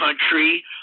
country